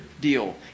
deal